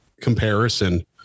comparison